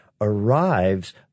arrives